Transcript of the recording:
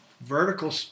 vertical